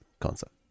Concept